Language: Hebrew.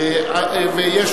הוועדה לקידום מעמד האשה.